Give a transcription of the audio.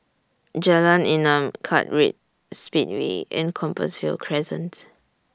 Jalan Enam Kartright Speedway and Compassvale Crescent